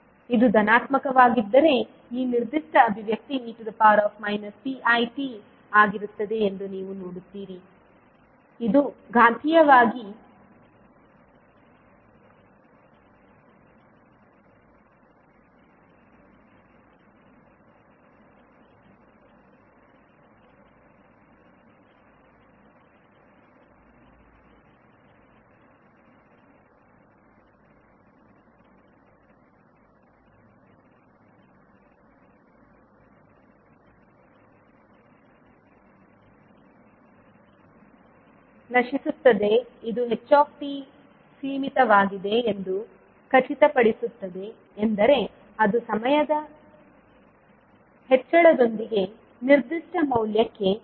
ಇದು ಧನಾತ್ಮಕವಾಗಿದ್ದರೆ ಈ ನಿರ್ದಿಷ್ಟ ಅಭಿವ್ಯಕ್ತಿ e pit ಆಗಿರುತ್ತದೆ ಎಂದು ನೀವು ನೋಡುತ್ತೀರಿ ಇದು ಘಾತೀಯವಾಗಿ ನಶಿಸುತ್ತದೆ ಇದು h ಸೀಮಿತವಾಗಿದೆ ಎಂದು ಖಚಿತಪಡಿಸುತ್ತದೆ ಎಂದರೆ ಅದು ಸಮಯದ ಹೆಚ್ಚಳದೊಂದಿಗೆ ನಿರ್ದಿಷ್ಟ ಮೌಲ್ಯಕ್ಕೆ ಸಂಭಾಷಿಸುತ್ತದೆ